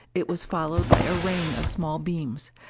it was followed by a rain of small beams,